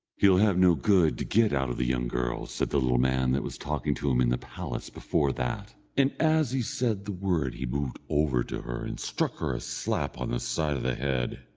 he'll have no good to get out of the young girl, said the little man that was talking to him in the palace before that, and as he said the word he moved over to her and struck her a slap on the side of the head.